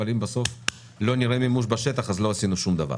אבל אם בסוף לא נראה מימוש בשטח אז לא עשינו שום דבר.